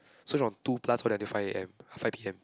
so from two plus wait until five A_M five P_M